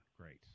Great